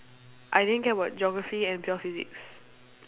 I didn't care about geography and pure physics